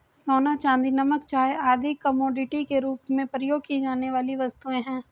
सोना, चांदी, नमक, चाय आदि कमोडिटी के रूप में प्रयोग की जाने वाली वस्तुएँ हैं